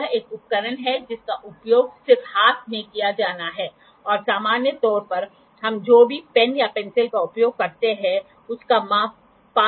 तो आप इसका उपयोग भी कर सकते हैं और फिर इस संयोजन का उपयोग एंगल माप को मापने के लिए कर सकते हैं